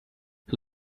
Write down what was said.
who